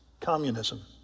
communism